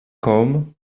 côme